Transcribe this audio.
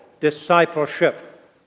discipleship